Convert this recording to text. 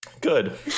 good